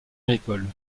agricole